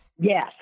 Yes